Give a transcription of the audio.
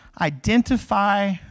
Identify